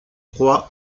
proie